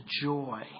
joy